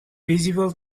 visible